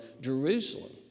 Jerusalem